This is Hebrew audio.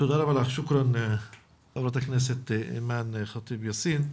תודה רבה ח"כ אימאן ח'טיב יאסין.